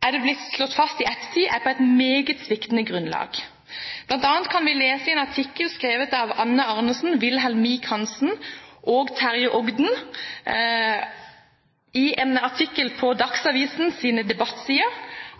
er på et meget sviktende grunnlag. Blant annet kan vi lese i en artikkel skrevet av Anne Arnesen, Wilhelm Meek-Hansen og Terje Ogden på Dagsavisens debattsider: